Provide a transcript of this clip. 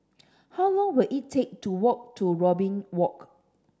how long will it take to walk to Robin Walk